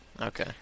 Okay